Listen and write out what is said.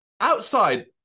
Outside